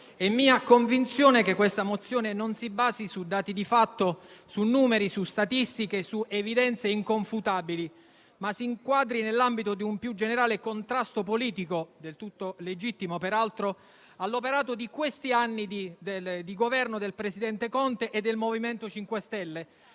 è mia convinzione che questa mozione non si basi su dati di fatto, numeri, statistiche ed evidenze inconfutabili, ma si inquadri nell'ambito di un più generale contrasto politico, del tutto legittimo peraltro, all'operato di questi anni di Governo del presidente Conte e del MoVimento 5 Stelle,